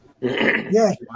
Yes